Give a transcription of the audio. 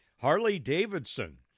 Harley-Davidson